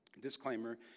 disclaimer